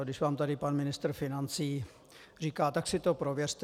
Když vám tady pan ministr financí říká, tak si to prověřte.